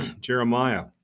Jeremiah